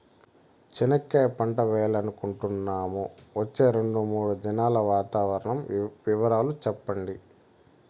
చెనక్కాయ పంట వేయాలనుకుంటున్నాము, వచ్చే రెండు, మూడు దినాల్లో వాతావరణం వివరాలు చెప్పండి?